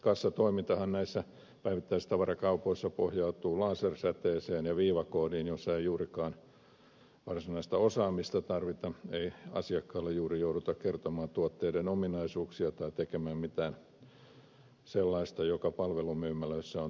kassatoimintahan näissä päivittäistavarakaupoissa pohjautuu lasersäteeseen ja viivakoodiin joissa ei juurikaan varsinaista osaamista tarvita ei asiakkaalle juuri jouduta kertomaan tuotteiden ominaisuuksia tai tekemään mitään sellaista mikä palvelumyymälöissä on tyypillistä